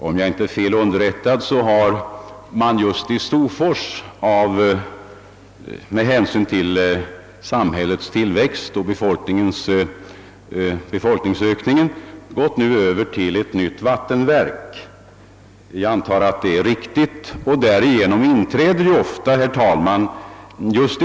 Om jag inte är felaktigt underrättad har man i Storfors på grund av befolkningsökningen och samhällets utveckling måst bygga ett nytt vattenverk. Härigenom kan — vilket ofta händer i sådana sammanhang — ett nytt läge uppkomma för kommunerna.